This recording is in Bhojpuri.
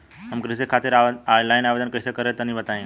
हम कृषि खातिर आनलाइन आवेदन कइसे करि तनि बताई?